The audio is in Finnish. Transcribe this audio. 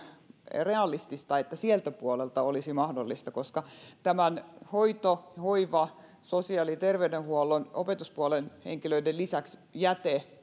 realistista että sillä puolella se olisi mahdollista koska hoidon ja hoivan sosiaali ja terveydenhuollon ja opetuspuolen henkilöiden lisäksi jäte